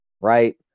right